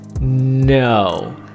No